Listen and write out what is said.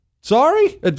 sorry